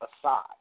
aside